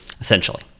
essentially